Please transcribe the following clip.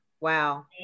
Wow